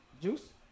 Juice